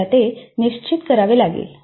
आम्हाला ते निश्चित करावे लागेल